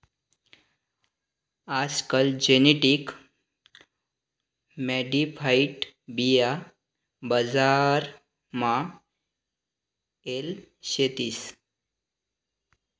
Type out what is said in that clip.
आजकाल genetically modified बिया बजार मा येल शेतीस